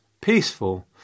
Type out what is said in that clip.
peaceful